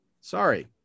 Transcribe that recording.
Sorry